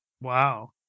Wow